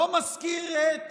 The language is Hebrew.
לא מזכיר את